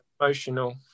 emotional